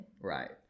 Right